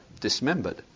dismembered